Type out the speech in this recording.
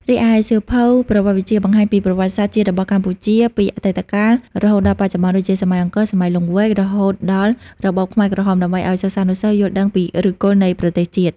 រីឯសៀវភៅប្រវត្តិវិទ្យា បង្ហាញពីប្រវត្តិសាស្ត្រជាតិរបស់កម្ពុជាពីអតីតកាលរហូតដល់បច្ចុប្បន្ន ដូចជាសម័យអង្គរ សម័យលង្វែក រហូតដល់របបខ្មែរក្រហម ដើម្បីឱ្យសិស្សានុសិស្សយល់ដឹងពីឫសគល់នៃប្រទេសជាតិ។